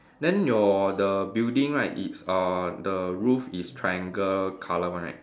then your the building right it's uh the roof is triangle colour one right